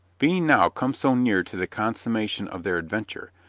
being now come so near to the consummation of their adventure,